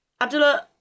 Abdullah